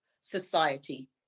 society